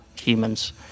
humans